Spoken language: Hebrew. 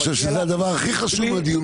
אני חושב שבדיון הזה כרגע זה הדבר החשוב ביותר.